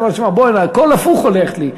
אמר: תשמע, בוא הנה, הכול הפוך הולך לי.